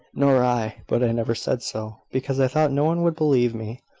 nor i but i never said so, because i thought no one would believe me.